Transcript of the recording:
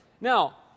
Now